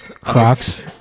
Crocs